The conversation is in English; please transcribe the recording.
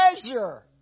treasure